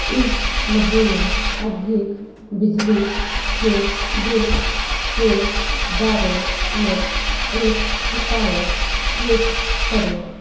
इस महीने अधिक बिजली के बिल के बारे में एक शिकायत ट्वीट करो